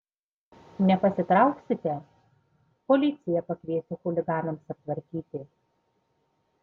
nepasitrauksite policiją pakviesiu chuliganams aptvarkyti